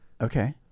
Okay